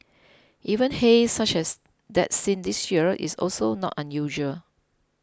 even haze such as that seen this year is also not unusual